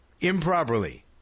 improperly